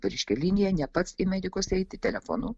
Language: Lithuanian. reiškia liniją ne pats į medikus eiti telefonu